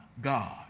God